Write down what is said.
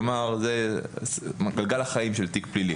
כלומר, זה גלגל החיים של תיק פלילי.